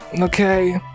Okay